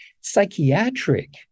Psychiatric